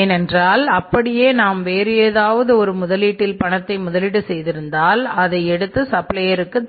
ஏனென்றால் அப்படியே நாம் வேறு ஏதாவது ஒரு முதலீட்டில் பணத்தை முதலீடு செய்திருந்தால் அதை எடுத்து சப்ளையருக்கு